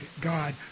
God